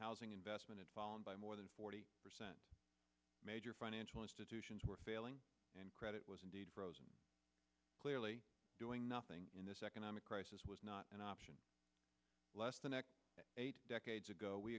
housing investment fallen by more than forty percent major financial institutions were failing and credit was indeed clearly doing nothing in this economic crisis was not an option less than eight decades ago we